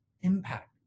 impact